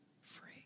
free